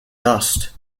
dust